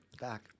back